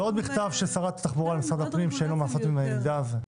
זה עוד מכתב של שרת התחבורה למשרד הפנים שאין לו מה לעשות עם המידע הזה.